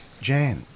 Jan